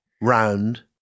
round